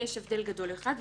יש הבדל גדול אחד.